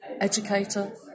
educator